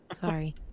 Sorry